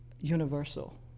universal